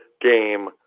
game